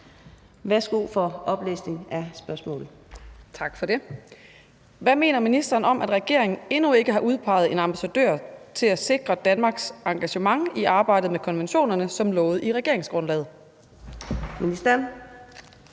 Kl. 13:01 Betina Kastbjerg (DD): Tak for det. Hvad mener ministeren om, at regeringen endnu ikke har udpeget en ambassadør til at sikre Danmarks engagement i arbejdet med konventionerne som lovet i regeringsgrundlaget? Kl.